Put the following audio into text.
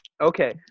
Okay